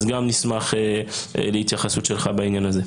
אז גם נשמח להתייחסות שלך בעניין הזה.